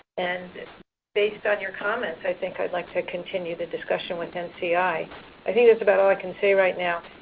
and based on your comments, i think i'd like to continue the discussion with and nci. i i think that's about all i could say right now.